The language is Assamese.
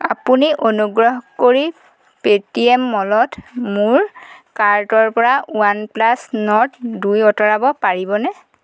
আপুনি অনুগ্ৰহ কৰি পে'টিএম মলত মোৰ কাৰ্টৰপৰা ৱান প্লাছ নৰ্ড দুই আঁতৰাব পাৰিবনে